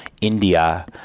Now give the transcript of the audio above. India